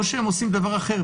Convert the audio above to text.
או שהם עושים דבר אחר,